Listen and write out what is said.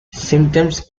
symptoms